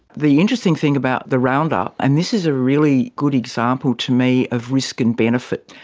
the interesting thing about the roundup, and this is a really good example to me of risk and benefit,